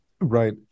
Right